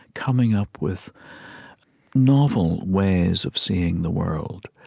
coming up with novel ways of seeing the world,